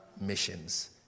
missions